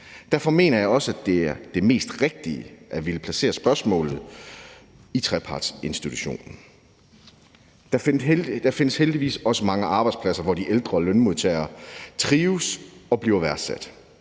derfor mener jeg også, det er det mest rigtige at ville placere spørgsmålet i trepartsinstitutionen. Der findes heldigvis også mange arbejdspladser, hvor de ældre lønmodtagere trives og bliver værdsat.